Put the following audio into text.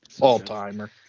all-timer